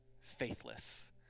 faithless